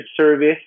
service